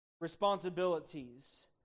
responsibilities